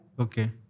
Okay